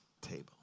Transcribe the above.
table